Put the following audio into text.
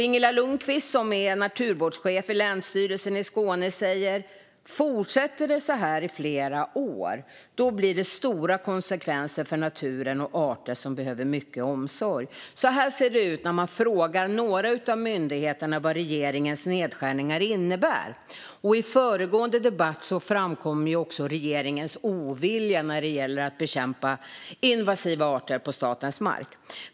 Ingela Lundqvist, som är naturvårdschef vid länsstyrelsen i Skåne säger: Fortsätter det så här i flera år blir det stora konsekvenser för naturen och arter som behöver mycket omsorg. Så här ser det ut när man frågar några av myndigheterna vad regeringens nedskärningar innebär. I föregående debatt framkom också regeringens ovilja när det gäller att bekämpa invasiva arter på statens mark.